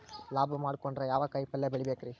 ಲಾಭ ಮಾಡಕೊಂಡ್ರ ಯಾವ ಕಾಯಿಪಲ್ಯ ಬೆಳಿಬೇಕ್ರೇ?